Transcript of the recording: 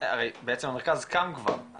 הרי בעצם המרכז קם כבר,